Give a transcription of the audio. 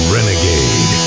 Renegade